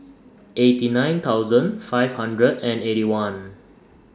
eighty nine thousand five hundred and Eighty One